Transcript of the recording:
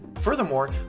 Furthermore